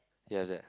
ya that